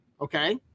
Okay